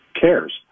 cares